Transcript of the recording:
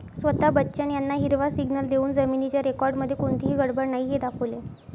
स्वता बच्चन यांना हिरवा सिग्नल देऊन जमिनीच्या रेकॉर्डमध्ये कोणतीही गडबड नाही हे दाखवले